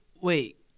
wait